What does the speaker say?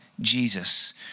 Jesus